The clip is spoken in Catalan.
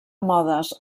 modes